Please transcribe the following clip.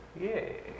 Yay